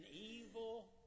evil